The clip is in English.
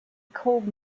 called